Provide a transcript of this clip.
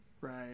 Right